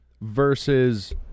versus